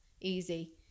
easy